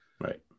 right